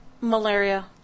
Malaria